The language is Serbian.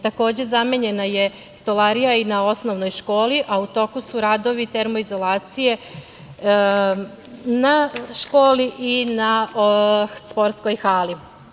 Takođe, zamenjena je stolarija i na osnovnoj školi, a u toku su radovi termoizolacije na školi i sportskoj hali.